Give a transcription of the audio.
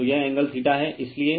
तो यह एंगल है इसलिए